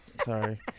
sorry